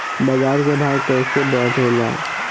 बाजार के भाव कैसे बढ़े ला?